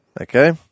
Okay